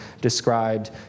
described